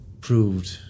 proved